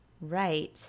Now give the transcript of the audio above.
right